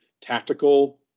tactical